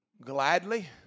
Gladly